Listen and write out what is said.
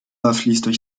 durchfließt